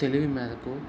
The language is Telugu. తెలివి మేరకు